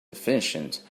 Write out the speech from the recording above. efficient